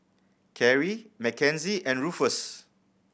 Carrie Mckenzie and Ruffus